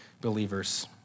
believers